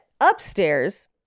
upstairs